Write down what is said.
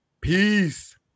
Peace